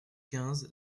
quinze